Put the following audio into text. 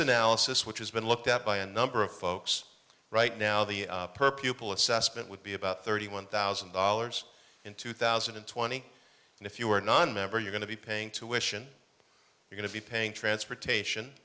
analysis which has been looked at by a number of folks right now the per pupil assessment would be about thirty one thousand dollars in two thousand and twenty and if you were nonmember you're going to be paying tuition are going to be paying transportation